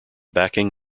backing